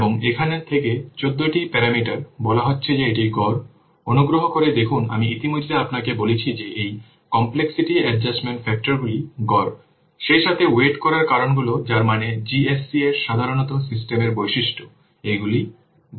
এবং এখানে থেকে 14টি প্যারামিটার বলা হয়েছে যে এটি গড় অনুগ্রহ করে দেখুন আমি ইতিমধ্যেই আপনাকে বলেছি যে এই কমপ্লেক্সিটি অ্যাডজাস্টমেন্ট ফ্যাক্টরগুলি গড় সেইসাথে ওয়েট করার কারণগুলি যার মানে GSC এই সাধারণ সিস্টেমের বৈশিষ্ট্য এইগুলিও গড়